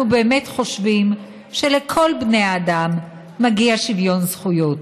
באמת חושבים שלכל בני האדם מגיע שוויון זכויות.